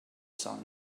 sun